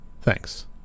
Thanks